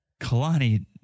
Kalani